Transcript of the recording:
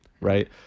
right